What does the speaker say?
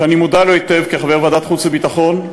שאני מודע לו היטב כחבר ועדת החוץ והביטחון,